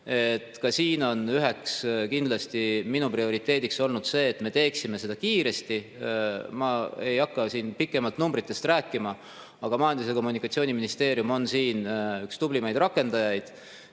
Ka siin on kindlasti üks minu prioriteet olnud see, et me teeksime seda kiiresti. Ma ei hakka siin pikemalt numbritest rääkima, aga Majandus- ja Kommunikatsiooniministeerium on siin üks tublimaid rakendajaid.